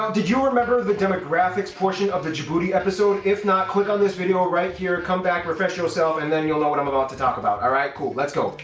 um did you remember the demographics portion of the djibouti episode? if not, click on this video right here. come back, refresh yo self, and then you'll know what i'm about to talk about, alright? cool. let's go.